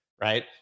Right